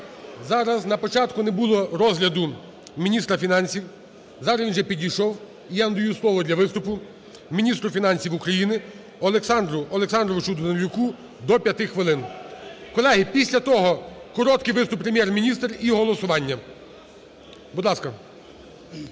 зараз… на початку не було розгляду міністра фінансів. Зараз він вже підійшов. І я надаю слово дня виступу міністру фінансів України Олександру Олександровичу Данилюку - до 5 хвилин. Колеги, після того – короткий виступ Прем'єр-міністра і голосування. Будь ласка.